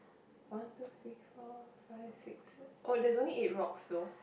one two three four five six se~ oh there's only eight rocks though